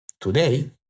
Today